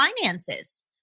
finances